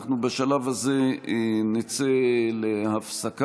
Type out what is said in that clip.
אנחנו בשלב הזה נצא להפסקה,